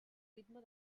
ritme